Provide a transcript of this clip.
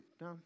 No